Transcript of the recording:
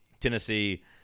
Tennessee